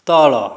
ତଳ